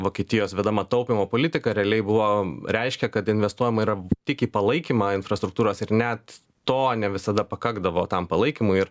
vokietijos vedama taupymo politika realiai buvo reiškia kad investuojama yra tik į palaikymą infrastruktūros ir net to ne visada pakakdavo tam palaikymui ir